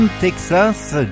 Texas